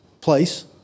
place